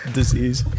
disease